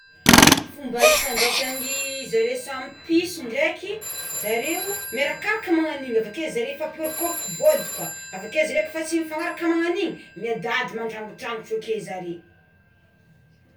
Fomba ifandrisan'ny zaré samy piso ndraiky zareo miarakaraka magnagno igny avakeo zareo mifampiorokoroko vôdy koa avakeo zareo ka tsy mifanaraka magnagno agny igny miadady mandragondrangotra ake zareo.